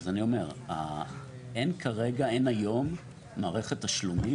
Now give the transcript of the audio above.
אז אני אומר, אין היום מערכת תשלומים